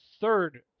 third